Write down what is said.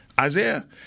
Isaiah